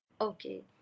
Okay